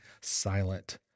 silent